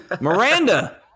Miranda